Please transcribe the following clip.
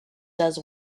does